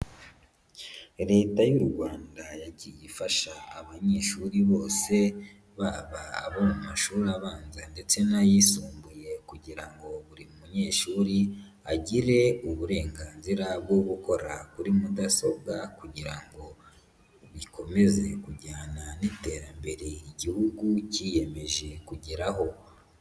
Leta y'u rwanda yagiye ifasha abanyeshuri bose, baba abo mu mashuri abanza ndetse n'ayisumbuye, kugira ngo buri munyeshuri agire uburenganzira bwo gukora kuri mudasobwa, kugira ngo bikomeze kujyana n'iterambere igihugu kiyemeje kugeraho.